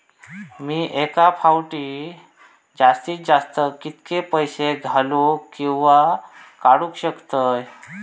मी एका फाउटी जास्तीत जास्त कितके पैसे घालूक किवा काडूक शकतय?